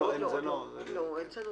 הצבעה בעד, 4 נגד, אין נמנעים, אין סעיף